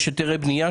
יש שם היתרי בנייה?